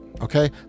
Okay